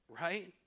right